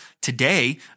today